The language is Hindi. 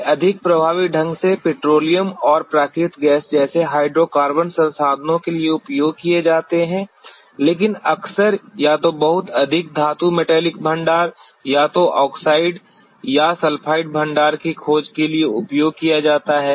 वे अधिक प्रभावी ढंग से पेट्रोलियम और प्राकृतिक गैस जैसे हाइड्रोकार्बन संसाधनों के लिए उपयोग किए जाते हैं लेकिन अक्सर या बहुत अधिक धातु मेटलिक भंडार या तो ऑक्साइड या सल्फाइड भंडार की खोज के लिए उपयोग किया जाता है